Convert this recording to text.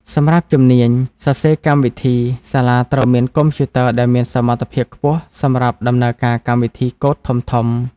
សម្រាប់ជំនាញសរសេរកម្មវិធី សាលាត្រូវមានកុំព្យូទ័រដែលមានសមត្ថភាពខ្ពស់សម្រាប់ដំណើរការកម្មវិធីកូដធំៗ។